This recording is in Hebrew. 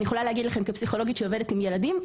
כפסיכולוגית שעובדת עם ילדים,